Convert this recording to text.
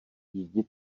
jdi